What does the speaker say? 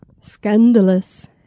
Scandalous